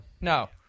No